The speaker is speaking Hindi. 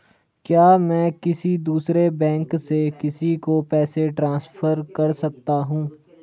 क्या मैं किसी दूसरे बैंक से किसी को पैसे ट्रांसफर कर सकता हूँ?